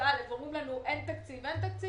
מאיר כהן,